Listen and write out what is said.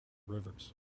rivers